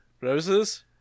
roses